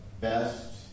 best